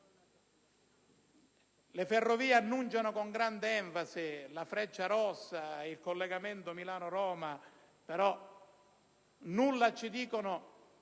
Le Ferrovie annunciano con grande enfasi la Frecciarossa sul collegamento Milano-Roma, ma nulla dicono